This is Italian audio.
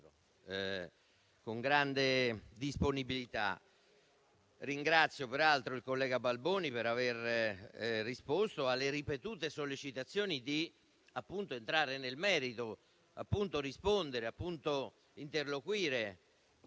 con grande disponibilità. Ringrazio peraltro il collega Balboni per aver risposto alle ripetute sollecitazioni a entrare nel merito, a rispondere e a interloquire.